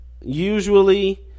usually